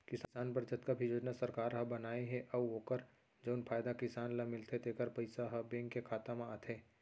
किसान बर जतका भी योजना सरकार ह बनाए हे अउ ओकर जउन फायदा किसान ल मिलथे तेकर पइसा ह बेंक के खाता म आथे